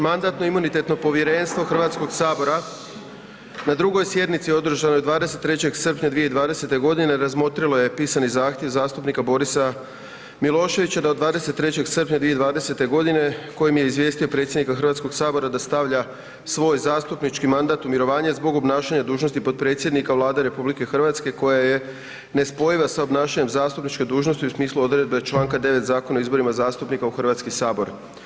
Mandatno-imunitetno povjerenstvo Hrvatskoga sabora na 2. sjednici održanoj 23. srpnja 2020. godine razmotrilo je pisani zahtjev zastupnika Boris Miloševića da od 23. srpnja 2020. godine kojim je izvijestio predsjednika Hrvatskog sabora da stavlja svoj zastupnički mandat u mirovanje zbog obnašanja dužnosti potpredsjednika Vlade RH koja je nespojiva sa obnašanjem zastupničke dužnosti u smislu odredbe čl. 9. Zakona o izborima zastupnika u Hrvatski sabor.